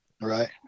right